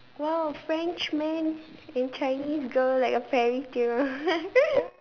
!wow! French man and Chinese girl like a fairy tale